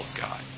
God